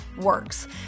works